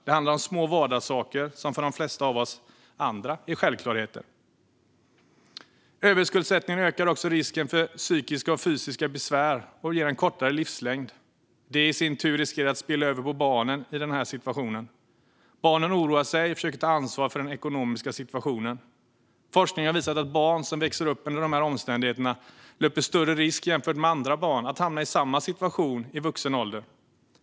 Det handlar om små vardagssaker som för de flesta av oss andra är självklarheter. Överskuldsättning ökar också risken för psykiska och fysiska besvär och ger kortare livslängd. Det i sin tur riskerar att spilla över på barn som är i den här situationen. Barnen oroar sig och försöker ta ansvar för den ekonomiska situationen. Forskning har visat att barn som växer upp under de här omständigheterna löper större risk jämfört med andra barn att hamna i samma situation i vuxen ålder.